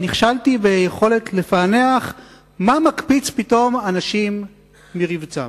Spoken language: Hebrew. שנכשלתי ביכולת לפענח מה מקפיץ פתאום אנשים מרבצם.